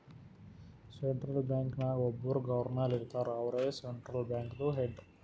central bank ನಾಗ್ ಒಬ್ಬುರ್ governor ಇರ್ತಾರ ಅವ್ರೇ ಸೆಂಟ್ರಲ್ ಬ್ಯಾಂಕ್ದು ಹೆಡ್